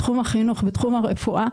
בתחום החינוך ובתחום הרפואה,